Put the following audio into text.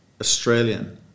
Australian